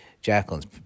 Jacqueline's